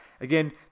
Again